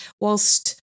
whilst—